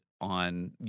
on